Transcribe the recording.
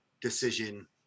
decision